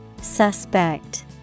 Suspect